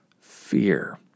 fear